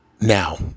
now